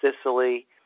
Sicily